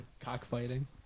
Cockfighting